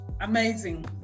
amazing